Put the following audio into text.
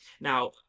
Now